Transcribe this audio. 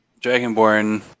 dragonborn